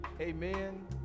Amen